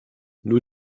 nur